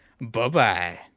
Bye-bye